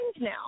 now